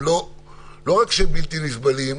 לא רק שהם בלתי נסבלים,